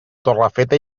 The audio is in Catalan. torrefeta